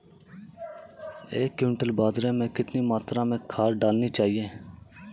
एक क्विंटल बाजरे में कितनी मात्रा में खाद डालनी चाहिए?